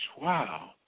Wow